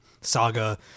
Saga